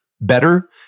better